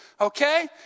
okay